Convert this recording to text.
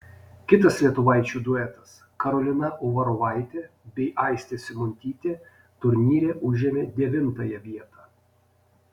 kitas lietuvaičių duetas karolina uvarovaitė bei aistė simuntytė turnyre užėmė devintąją vietą